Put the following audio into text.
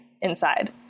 inside